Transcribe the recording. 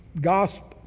gospel